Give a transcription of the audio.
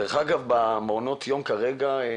דרך אגב, מעונות היום סגורים כרגע.